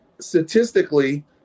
statistically